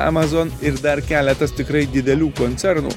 amazon ir dar keletas tikrai didelių koncernų